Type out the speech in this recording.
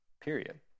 period